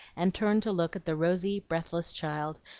and turned to look at the rosy, breathless child,